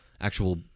actual